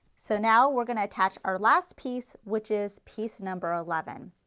so now we are going to attach our last piece which is piece number eleven.